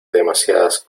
demasiadas